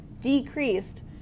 decreased